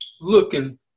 looking